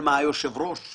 וכבר היום אתם